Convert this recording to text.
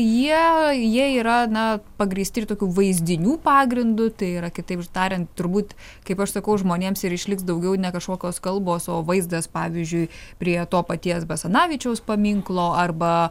jie jie yra na pagrįsti ir tokių vaizdinių pagrindu tai yra kitaip tariant turbūt kaip aš sakau žmonėms ir išliks daugiau ne kažkokios kalbos o vaizdas pavyzdžiui prie to paties basanavičiaus paminklo arba